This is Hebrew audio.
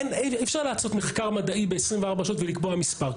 אי אפשר לעשות מחקר מדעי ב-24 שעות ולקבוע מספר,